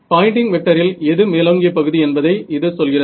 Poynting வெக்டரில் எது மேலோங்கிய பகுதி என்பதை இது சொல்கிறது